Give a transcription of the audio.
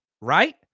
right